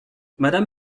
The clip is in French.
madame